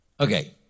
Okay